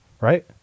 right